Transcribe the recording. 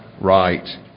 right